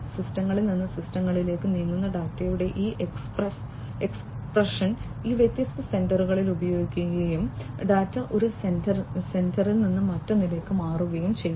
സിസ്റ്റങ്ങളിൽ നിന്ന് സിസ്റ്റങ്ങളിലേക്ക് നീങ്ങുന്ന ഡാറ്റയുടെ ഈ എക്സ്പ്രഷൻ ഈ വ്യത്യസ്ത സെൻസറുകൾ ഉപയോഗിക്കുകയും ഡാറ്റ ഒരു സെൻസറിൽ നിന്ന് മറ്റൊന്നിലേക്ക് മാറുകയും ചെയ്യും